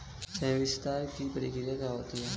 संवितरण की प्रक्रिया क्या होती है?